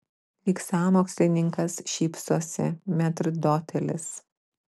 lyg sąmokslininkas šypsosi metrdotelis